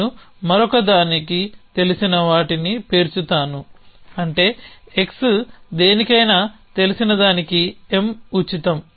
నేను వేరొకదానికి తెలిసిన వాటిని పేర్చుతాను అంటే x దేనికైనా తెలిసిన దానికి M ఉచితం